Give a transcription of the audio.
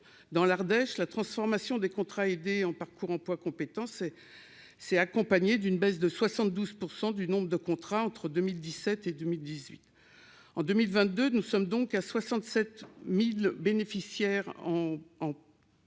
dans l'Ardèche, la transformation des contrats aidés en parcours emploi compétences et s'est accompagnée d'une baisse de 72 % du nombre de contrats entre 2017 et 2018 en 2022, nous sommes donc à 67000 bénéficiaires en